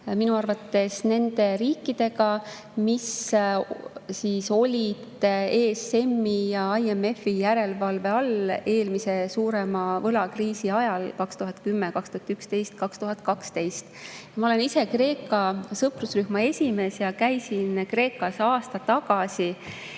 minu arvates nende riikidega, mis olid ESM‑i ja IMF‑i järelevalve all eelmise suurema võlakriisi ajal 2010, 2011, 2012. Ma olen Kreeka sõprusrühma esimees ja käisin aasta tagasi